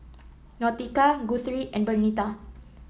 Nautica Guthrie and Bernita